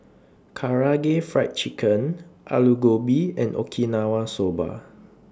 Karaage Fried Chicken Alu Gobi and Okinawa Soba